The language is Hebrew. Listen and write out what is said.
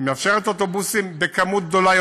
מאפשרת אוטובוסים במספר גדול יותר